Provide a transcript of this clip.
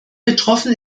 betroffen